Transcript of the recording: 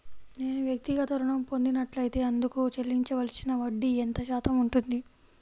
నేను వ్యక్తిగత ఋణం పొందినట్లైతే అందుకు చెల్లించవలసిన వడ్డీ ఎంత శాతం ఉంటుంది?